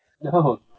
No